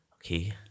Okay